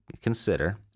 consider